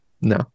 No